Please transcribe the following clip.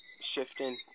shifting